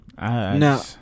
No